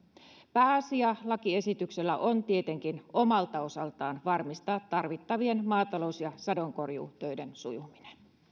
pääasiana lakiesityksellä on tietenkin omalta osaltaan varmistaa tarvittavien maatalous ja sadonkorjuutöiden sujuminen